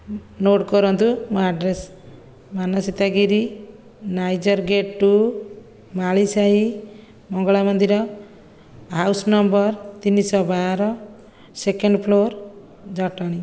note କରନ୍ତୁ ମୋ address Manasita Giri ନାଇଜର ଗେଟ୍ ଟୁ ମାଳିସାହି ମଙ୍ଗଳା ମନ୍ଦିର ହାଉସ୍ ନମ୍ବର ତିନି ଶହ ବାର ସେକେଣ୍ଡ ଫ୍ଲୋର ଜଟଣୀ